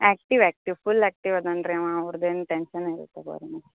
active active full active ಅದಾನೆ ರೀ ಅವ ಅವ್ರ್ದೇನು ಟೆನ್ಶನ್ ಇಲ್ಲ ತಗೊಳಿ ಮ್ಯಾಮ್